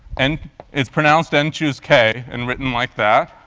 and it's pronounced n choose k and written like that.